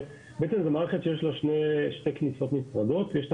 זו מערכת שיש לה שתי כניסות נפרדות יש את